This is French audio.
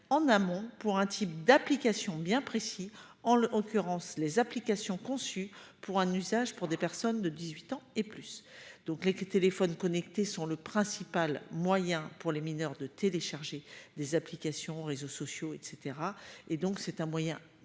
en amont pour un type d'application bien précis en l'occurrence les applications conçues pour un usage pour des personnes de 18 ans et plus. Donc les téléphones connectés sont le principal moyen pour les mineurs de télécharger des applications, réseaux sociaux et et donc c'est un moyen